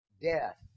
death